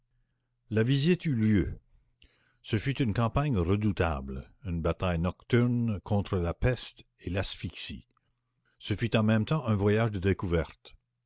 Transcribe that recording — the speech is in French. la visite eut lieu ce fut une campagne redoutable une bataille nocturne contre la peste et l'asphyxie ce fut en même temps un voyage de découvertes